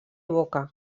boca